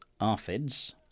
ARFIDs